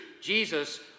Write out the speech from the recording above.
Jesus